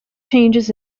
changes